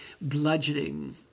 bludgeoning